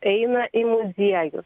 eina į muziejus